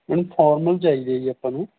ma'am formal ਚਾਹੀਦੇ ਜੀ ਆਪਾਂ ਨੂੰ